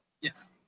Yes